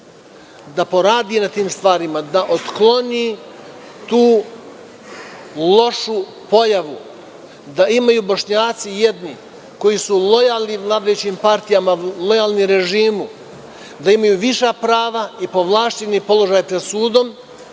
da poradi na tim stvarima, da otkloni tu lošu pojavu, da imaju Bošnjaci jednu gde su lojalni u vladajućim partijama, lojalni režimu, da imaju viša prava i povlašćeni položaj pred sudom